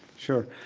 sure.